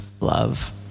love